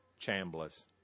Chambliss